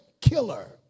killer